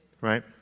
Right